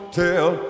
tell